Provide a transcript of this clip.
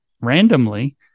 randomly